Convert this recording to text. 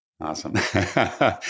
Awesome